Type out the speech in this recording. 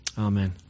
Amen